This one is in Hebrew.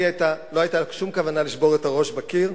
לי לא היתה שום כוונה לשבור את הראש בקיר,